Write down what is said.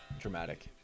Dramatic